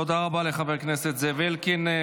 תודה רבה לחבר הכנסת זאב אלקין.